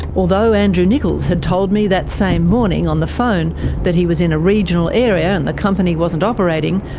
although andrew nickolls had told me that same morning on the phone that he was in a regional area and the company wasn't operating,